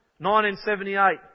1978